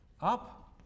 up